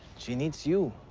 she needs you.